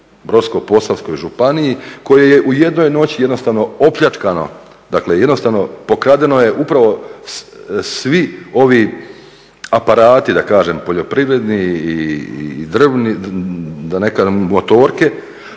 u Brodsko-posavskoj županiji koji je u jednoj noći jednostavno opljačkano, dakle jednostavno pokradeno je upravo svi ovi aparati da kažem poljoprivredni i drvni da ne kažem motorke